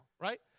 Right